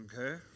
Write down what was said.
okay